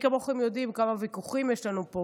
מי כמוכם יודעים כמה ויכוחים יש לנו פה,